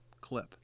clip